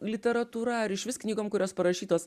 literatūra ar išvis knygom kurios parašytos